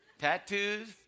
Tattoos